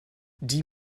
die